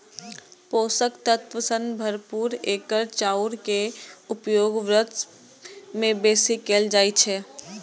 पोषक तत्व सं भरपूर एकर चाउर के उपयोग व्रत मे बेसी कैल जाइ छै